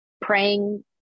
praying